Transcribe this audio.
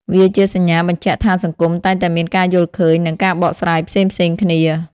វាជាសញ្ញាបញ្ជាក់ថាសង្គមតែងតែមានការយល់ឃើញនិងការបកស្រាយផ្សេងៗគ្នា។